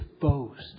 boast